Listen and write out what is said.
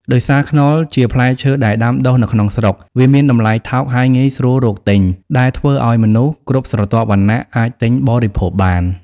ដោយសារខ្នុរជាផ្លែឈើដែលដាំដុះនៅក្នុងស្រុក វាមានតម្លៃថោក ហើយងាយស្រួលរកទិញ ដែលធ្វើឲ្យមនុស្សគ្រប់ស្រទាប់វណ្ណៈអាចទិញបរិភោគបាន។